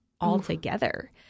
altogether